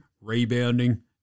rebounding